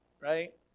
right